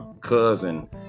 cousin